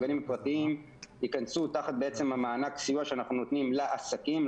הגנים הפרטיים ייכנסו תחת המענק סיוע שאנחנו נותנים לעסקים,